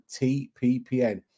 TPPN